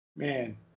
Man